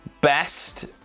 best